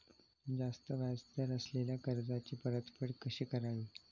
जास्त व्याज दर असलेल्या कर्जाची परतफेड कशी करावी?